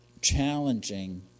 challenging